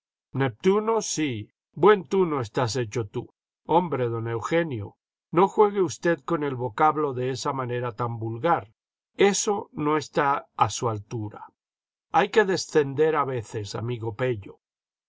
sí buen tuno estás hecho tú hombre don eugenio no juegue usted con el vocablo de una manera tan vulgar eso no está a su altura hay que descender a veces amigo pello